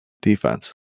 defense